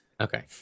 Okay